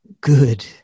good